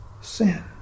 sin